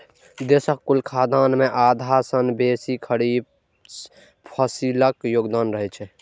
देशक कुल खाद्यान्न मे आधा सं बेसी खरीफ फसिलक योगदान रहै छै